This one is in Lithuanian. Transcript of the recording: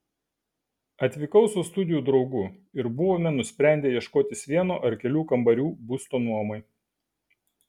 atvykau su studijų draugu ir buvome nusprendę ieškotis vieno ar kelių kambarių būsto nuomai